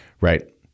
Right